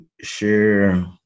share